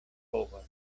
povas